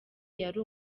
yari